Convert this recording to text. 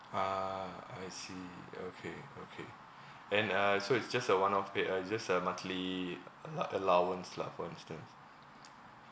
ah I see okay okay and uh so it's just a one of pay uh just a monthly allo~ allowance lah for instance